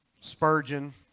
Spurgeon